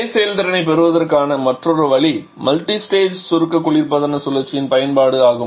அதே செயல்திறனைப் பெறுவதற்கான மற்றொரு வழி மல்டிஸ்டேஜ் சுருக்க குளிர்பதன சுழற்சியின் பயன்பாடு ஆகும்